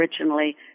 originally